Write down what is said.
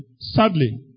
Sadly